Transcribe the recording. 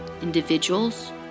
individuals